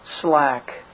slack